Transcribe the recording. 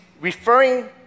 referring